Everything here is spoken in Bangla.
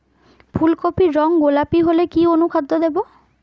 ফুল কপির রং গোলাপী হলে কি অনুখাদ্য দেবো?